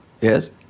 Yes